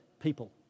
people